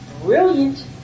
brilliant